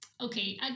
Okay